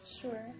Sure